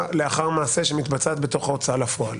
לאחר מעשה שמתבצעת בתוך ההוצאה לפועל